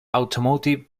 automotive